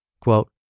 Quote